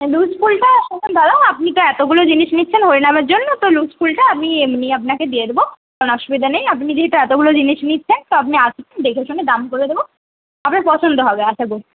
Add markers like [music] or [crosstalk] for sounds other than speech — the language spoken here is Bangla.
হ্যাঁ লুজ ফুলটা [unintelligible] আপনি তো এতগুলো জিনিস নিচ্ছেন হরিনামের জন্য তো লুজ ফুলটা আমি এমনই আপনাকে দিয়ে দেবো কোন অসুবিধা নেই আপনি যেহেতু এতগুলো জিনিস নিচ্ছেন তো আপনি আসুন দেখে শুনে দাম করে দোবো আপনার পছন্দ হবে আশা করছি